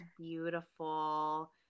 beautiful